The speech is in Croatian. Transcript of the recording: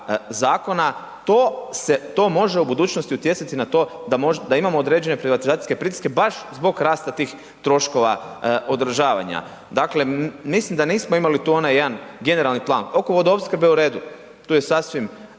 zakona, to može u budućnosti utjecati na to da imamo određene privatizacijske pritiske baš zbog rasta tih troškova održavanja. Dakle, mislim da nismo imali tu onaj jedan generalni plan, oko vodoopskrbe u redu, tu je sasvim